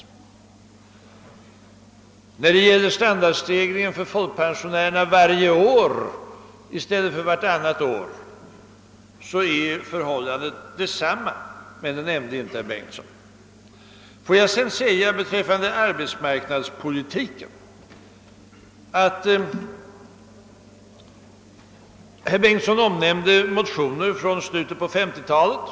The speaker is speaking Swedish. Det är samma förhållande beträffande frågan om folkpensionärernas standardökning varje år i stället för vartannat år, men det nämnde inte herr Bengtsson i Varberg. Vad sedan arbetsmarknadspolitiken beträffar nämnde herr Bengtsson några motioner i ärendet från slutet av 1950 talet.